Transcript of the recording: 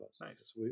nice